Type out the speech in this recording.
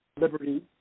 liberty